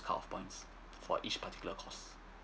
cut off points for each particular course